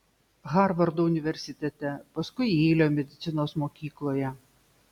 harvardo universitete paskui jeilio medicinos mokykloje